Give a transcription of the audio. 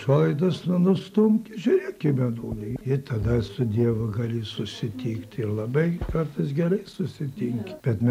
užuolaidas nu nustumk žiūrėk į mėnulį ir tada su dievu gali susitikti ir labai kartais gerai susitinki bet mes